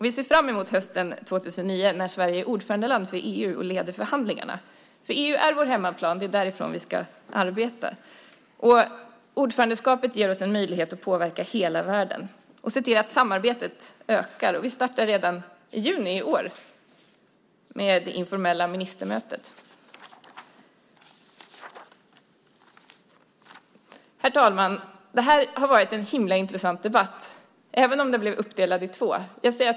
Vi ser fram emot hösten 2009 när Sverige är ordförandeland i EU och leder förhandlingarna. EU är vår hemmaplan, och det är där vi ska arbeta. Ordförandeskapet ger oss en möjlighet att påverka hela världen och se till att samarbetet ökar. Vi startar redan i juni i år med det informella ministermötet. Herr talman! Detta har varit en himla intressant debatt, även om den blev uppdelad i två.